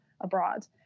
abroad